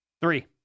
Three